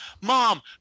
Mom